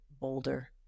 bolder